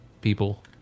people